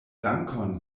dankon